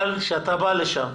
אבל כשאתה בא לשם,